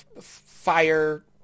fire